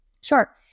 Sure